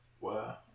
Wow